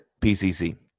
PCC